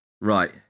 Right